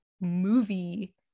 movie